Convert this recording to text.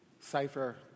cipher